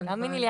תאמיני לי,